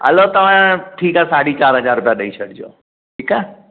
हलो तव्हां ठीकु आहे साढी चारि हज़ार रुपया ॾेई छॾिजो ठीकु आहे